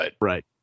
Right